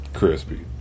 crispy